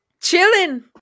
chilling